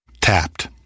Tapped